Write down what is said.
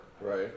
Right